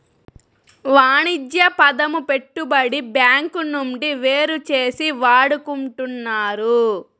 వాణిజ్య పదము పెట్టుబడి బ్యాంకు నుండి వేరుచేసి వాడుకుంటున్నారు